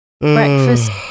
breakfast